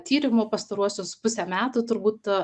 tyrimų pastaruosius pusę metų turbūt